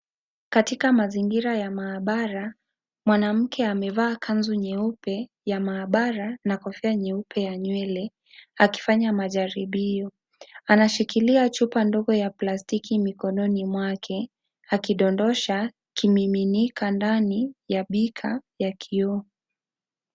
Katika mazingira ya maabara, mwanamke amevaa kanzu nyeupe ya maabara na kofia nyeupe ya nywele, akifanya majaribio. Anashikilia chupa ndogo ya plastiki mikononi mwake, akidondosha kimiminika ndani ya bika ya kioo.